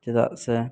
ᱪᱮᱫᱟᱜ ᱥᱮ